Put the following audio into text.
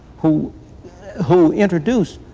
who who introduce